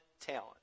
talent